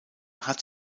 hat